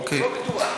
לא בטוח.